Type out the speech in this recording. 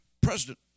President